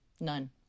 None